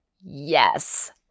Yes